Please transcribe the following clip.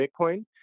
Bitcoin